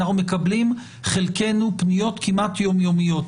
חלקנו מקבלים פניות כמעט יום יומיות.